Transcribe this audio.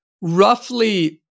roughly